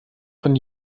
von